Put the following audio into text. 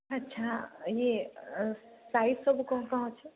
ଆଛା ଇଏ ସାଇଜ ସବୁ କ'ଣ କ'ଣ ଅଛି